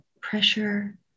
pressure